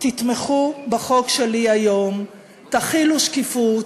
תתמכו בחוק שלי היום, תחילו שקיפות,